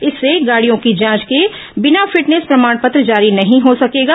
इससे गाडियों की जांच के बिना फिटनेस प्रमाण पत्र जारी नहीं हो सकेगा